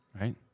Right